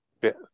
bit